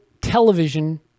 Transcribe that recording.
Television